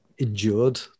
endured